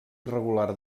irregular